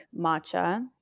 matcha